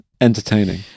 entertaining